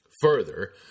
Further